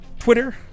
Twitter